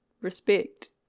respect